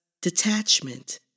detachment